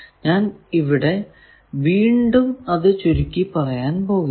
ഞാൻ വീണ്ടും ഇവിടെ അത് ചുരുക്കി പറയാൻ പോകുകയാണ്